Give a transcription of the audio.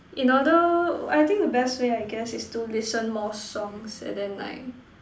in order I think the best way I guess is to listen more songs and then like